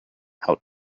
out